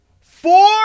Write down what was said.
Four